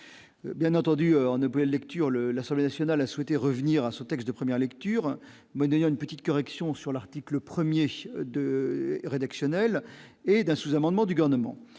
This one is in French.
bien entendu, on ne peut lectures le l'Assemblée nationale a souhaité revenir à ce texte de premières lectures, il y a une petite correction sur l'article 1er de rédactionnel et d'un sous-amendement du garnement